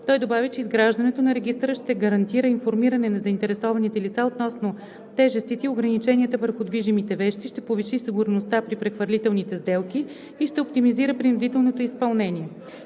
Той добави, че изграждането на регистъра ще гарантира информиране на заинтересованите лица относно тежестите и ограниченията върху движимите вещи, ще повиши сигурността при прехвърлителните сделки и ще оптимизира принудителното изпълнение.